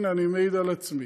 הנה, אני מעיד על עצמי.